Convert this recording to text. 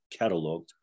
cataloged